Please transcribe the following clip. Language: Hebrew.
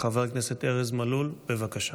חבר הכנסת ארז מלול, בבקשה.